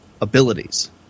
abilities